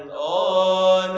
oh